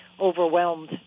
overwhelmed